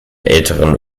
älteren